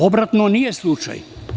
Obrnuto nije slučaj.